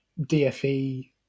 DFE